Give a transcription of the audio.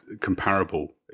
Comparable